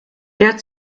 der